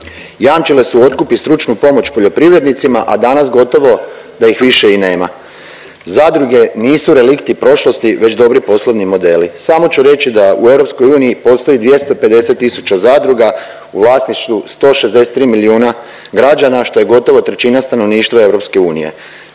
Jamčile su otkup i stručnu pomoć poljoprivrednicima, a danas gotovo da ih više i nema. Zadruge nisu relikti prošlosti već dobri poslovni modeli. Samo ću reći da u EU postoji 250 tisuća zadruga u vlasništvu 163 milijuna građana, što je gotovo trećina stanovništva EU.